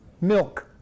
Milk